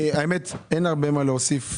האמת, אין הרבה מה להוסיף.